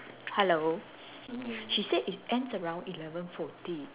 hello she said it ends around eleven forty